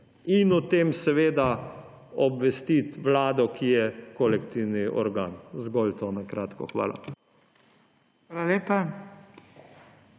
in o tem seveda obvestiti vlado, ki je kolektivni organ. Zgolj to na kratko. Hvala.